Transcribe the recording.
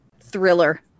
thriller